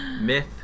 myth